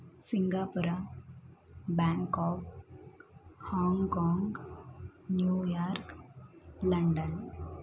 Singapore Bangkok Hong Kong New York London